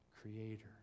creator